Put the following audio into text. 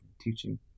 teaching